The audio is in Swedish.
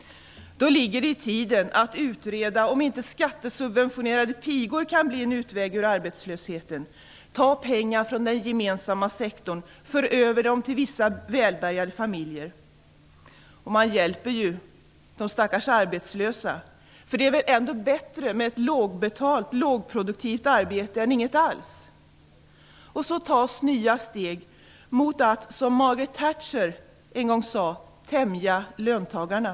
Då ligger det i tiden att utreda om inte skattesubventionerade pigor kan bli en utväg ur arbetslösheten. Pengar kan tas från den gemensamma sektorn och föras över till vissa välbärgade familjer. Man hjälper de stackars arbetslösa, eftersom det väl ändå är bättre med ett lågbetalt, lågproduktivt arbete än inget alls? Och så tas nya steg mot att, som Margret Thatcher en gång sade, tämja löntagarna.